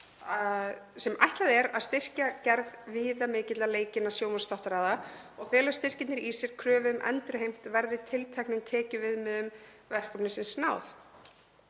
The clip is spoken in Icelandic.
sem ætlað er að styrkja gerð viðamikilla leikinna sjónvarpsþáttaraða og fela styrkirnir í sér kröfu um endurheimt verði tilteknum tekjuviðmiðum verkefnisins náð.